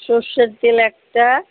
সর্ষের তেল একটা